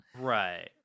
Right